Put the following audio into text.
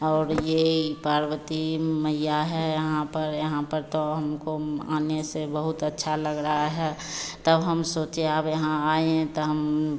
और यह पार्वती मइया हैं यहाँ पर यहाँ पर तो हमको आने से बहुत अच्छा लग रहा है तब हम सोचे अब यहाँ आए हैं तो हम